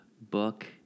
book